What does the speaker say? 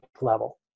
level